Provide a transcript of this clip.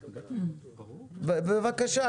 בבקשה,